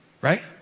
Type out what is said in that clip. Right